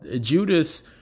Judas